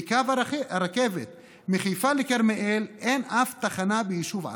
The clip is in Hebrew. בקו הרכבת מחיפה לכרמיאל אין אף תחנה ביישוב ערבי,